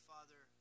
Father